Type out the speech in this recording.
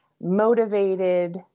motivated